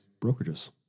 brokerages